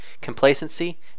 complacency